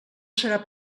serà